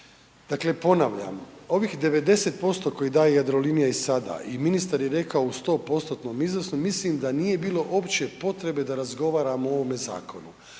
Dakle ponavljam, ovih 90% koji daje Jadrolinija i sada i ministar je rekao u 100%-tnom iznosu, mislim da nije bilo uopće potrebe da razgovaramo o ovome zakonu,